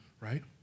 right